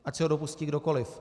Ať se ho dopustí kdokoli.